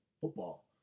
football